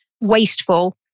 wasteful